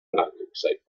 nachkriegszeit